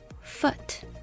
Foot